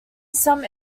some